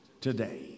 today